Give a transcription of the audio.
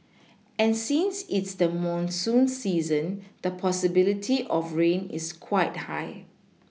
and since it's the monsoon season the possibility of rain is quite high